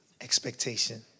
Expectation